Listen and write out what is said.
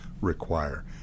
require